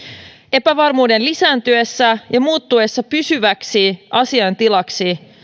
epävarmuuden lisääntyessä ja muuttuessa pysyväksi asiantilaksi